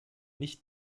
nicht